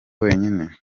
wenyine